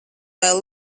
vēl